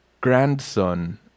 grandson